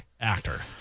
actor